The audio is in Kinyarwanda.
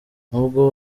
nubwo